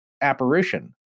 apparition